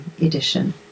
edition